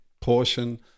portion